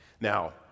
Now